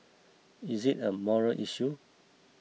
is it a moral issue